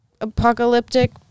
apocalyptic